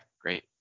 Great